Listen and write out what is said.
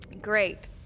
Great